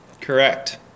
correct